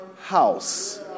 house